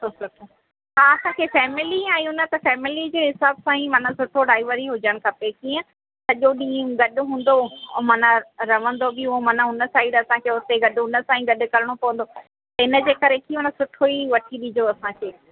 सुठो सुठो हा असांखे फैमिली आहियूं न त फैमिली जे हिसाब सां ई माना सुठो ड्राइवर ई हुजण खपे कीअं सॼो ॾींहुं गॾु हूंदो ऐं माना रवंदो बि उहो माना उन साइड असांखे उते गॾु उन सां ई गॾु करणो पवंदो इनजे करे कि उन सुठो ई वठी ॾिजो असांखे